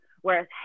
whereas